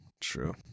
True